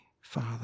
Father